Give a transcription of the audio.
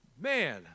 Man